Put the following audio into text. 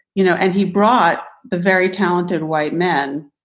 you know, and he brought the very talented white men,